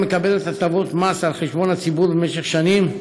מקבלת הטבות מס על חשבון הציבור במשך שנים,